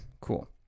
cool